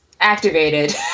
activated